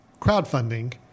crowdfunding